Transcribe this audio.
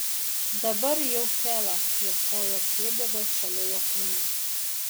dabar jau hela ieškojo priebėgos šalia jo kūno